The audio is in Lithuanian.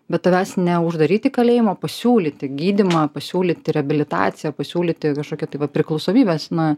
bet tavęs neuždaryt į kalėjimą o pasiūlyti gydymą pasiūlyti reabilitaciją pasiūlyti kažkokį tai va priklausomybės na